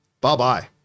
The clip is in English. bye-bye